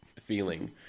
feeling